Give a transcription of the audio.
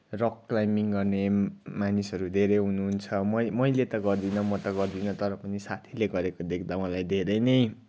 rock climbing गर्ने मानिसहरू धेरै हुनुहुन्छ म मैले त गर्दिनँ म त गर्दिनँ तर पनि साथीले गरेको देख्दा मलाई धेरै नै